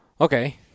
okay